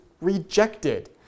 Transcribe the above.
rejected